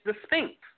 distinct